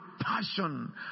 passion